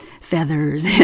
feathers